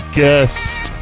guest